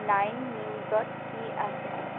nine নিউজত কি আছে